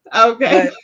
Okay